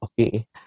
okay